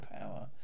power